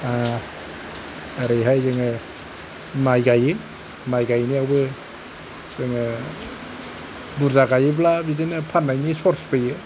ओरैहाय जोङो माइ गायो माइ गाइनायावबो जोङो बुरजा गायोब्ला बिदिनो फाननायनि सर्स फैयो